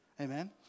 Amen